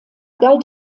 galt